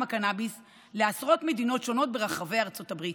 הקנביס לעשרות מדינות שונות ברחבי ארצות הברית.